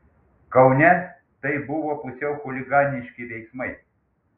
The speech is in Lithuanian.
kaune tai buvo pusiau chuliganiški veiksmai